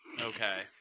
Okay